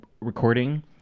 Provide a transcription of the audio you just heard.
recording